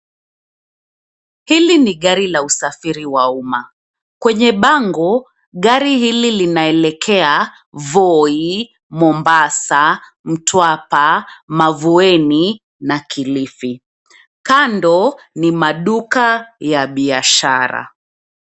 Hili ni gari la usafiri wa umma. Kwenye bango gari hili linaelekea Voi, Mombasa, Mtwapa, Mavueni na Kilifi. Kando ni maduka ya biashara.